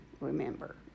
remember